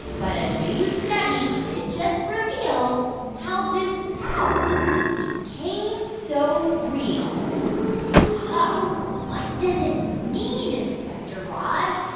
but a new study did just reveal how this power became so real huh what does it mean, inspector raz?